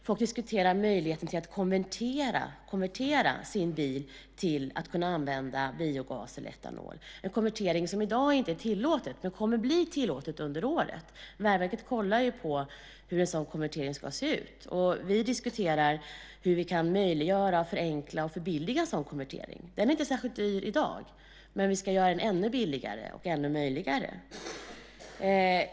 Folk diskuterar möjligheten att konvertera sin bil till att kunna använda biogas eller etanol. Det är en konvertering som i dag inte är tillåten men som kommer att bli det under året. Vägverket kollar hur en sådan konvertering ska se ut, och vi diskuterar hur vi kan möjliggöra, förenkla och förbilliga den. Den är inte särskilt dyr i dag, men vi ska göra den ännu billigare och ännu mer möjlig.